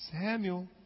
Samuel